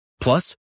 Plus